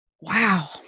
Wow